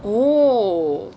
oh